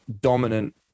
dominant